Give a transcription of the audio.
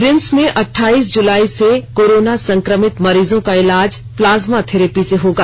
RIMS में अठाईस जुलाई से कोरोना संक्रमित मरीजों का इलाज प्लाज्मा थेरेपी से होगा